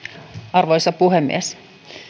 arvoisa puhemies